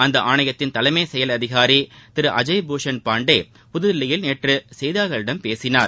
அந்த ஆணையத்தின் தலைமை செயல் அதிகாரி திரு அஜய் பூஷன் பாண்டே புதுதில்லியில் நேற்று செய்தியாளர்களிடம் பேசினார்